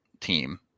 team